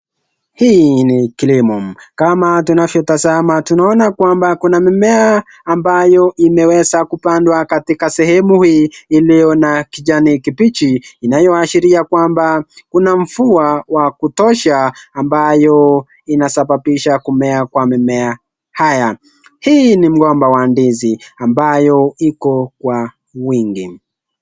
Hii ni kilimo, kama tunavyo tazama tunaona kwamba kuna mimea ambayo imeweza kupandwa katika sehemu hii iliyo na kijani kibichi, inayo ashiria kwamba kuna mvua wa kutosha ambayo inasababisha kumea kwa mimea haya. Hii ni mgomba wa ndizi ambayo iko kwa wingi.